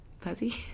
fuzzy